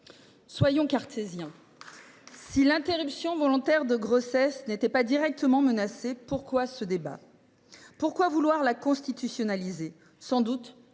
Soyons cartésiens : si l’interruption volontaire de grossesse n’était pas directement menacée, pourquoi aurions nous ce débat ? Pourquoi vouloir constitutionnaliser l’IVG ? Sans doute